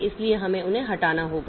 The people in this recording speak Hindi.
इसलिए हमें उन्हें हटाना होगा